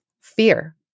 fear